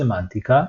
סמנטיקה,